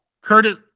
Curtis